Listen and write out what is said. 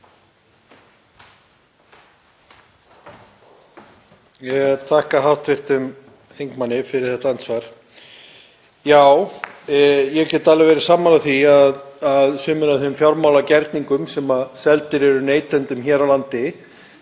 Ég þakka hv. þingmanni fyrir þetta andsvar. Já, ég get alveg verið sammála því að sumir af þeim fjármálagerningum sem seldir eru neytendum hér á landi